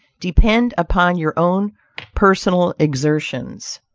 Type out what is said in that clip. depend upon your own personal exertions.